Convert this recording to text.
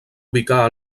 ubicar